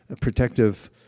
protective